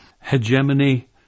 hegemony